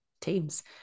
teams